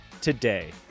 today